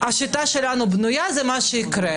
השיטה שלנו בנויה, זה מה שיקרה.